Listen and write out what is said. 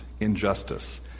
injustice